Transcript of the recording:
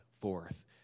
forth